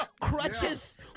Crutches